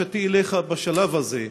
בקשתי אליך בשלב הזה,